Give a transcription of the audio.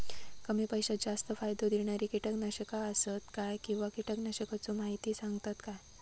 कमी पैशात जास्त फायदो दिणारी किटकनाशके आसत काय किंवा कीटकनाशकाचो माहिती सांगतात काय?